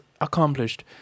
accomplished